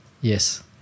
Yes